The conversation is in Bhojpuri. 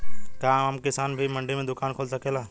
का आम किसान भी मंडी में दुकान खोल सकेला?